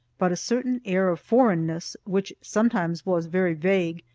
but a certain air of foreignness, which sometimes was very vague,